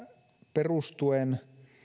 perustuen